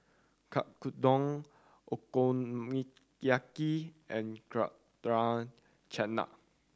Oyakodon Okonomiyaki and Chutney